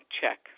check